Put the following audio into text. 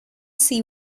see